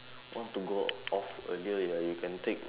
want to go off earlier ya you can take